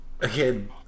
again